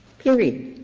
period.